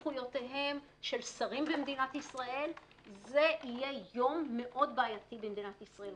- -זה יהיה יום מאוד בעייתי במדינת ישראל.